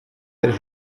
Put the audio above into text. der